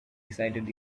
decided